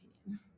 opinion